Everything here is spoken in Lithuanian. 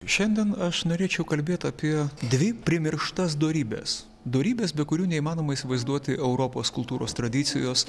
šiandien aš norėčiau kalbėt apie dvi primirštas dorybes dorybes be kurių neįmanoma įsivaizduoti europos kultūros tradicijos